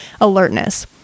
alertness